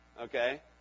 okay